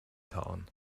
town